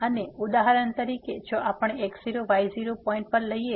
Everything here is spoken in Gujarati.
અને ઉદાહરણ તરીકે જો આપણે x0y0 પોઇન્ટ પર લઈએ